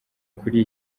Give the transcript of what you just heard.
kuri